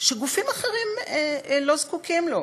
שגופים אחרים לא זקוקים לו.